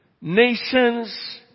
Nations